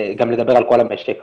לדבר על כל המשק.